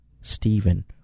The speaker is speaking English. Stephen